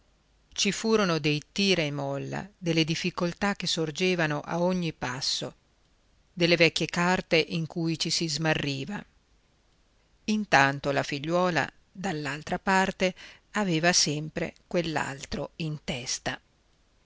ci furono dei tira e molla delle difficoltà che sorgevano a ogni passo delle vecchie carte in cui ci si smarriva intanto la figliuola dall'altra parte aveva sempre quell'altro in testa